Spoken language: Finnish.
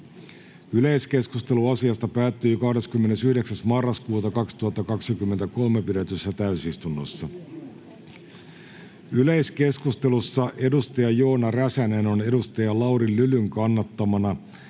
Yleiskeskustelu asiasta päättyi 29.11.2023 pidetyssä täysistunnossa. Yleiskeskustelussa Joona Räsänen on Lauri Lylyn kannattamana